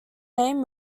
name